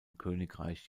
königreich